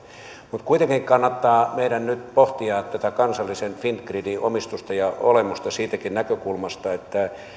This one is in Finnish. mutta kuitenkin meidän kannattaa nyt pohtia tätä kansallisen fingridin omistusta ja olemusta siitäkin näkökulmasta että